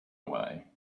away